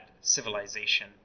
civilization